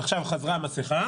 עכשיו חזרה המסכה